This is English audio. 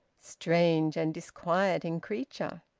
strange and disquieting creature!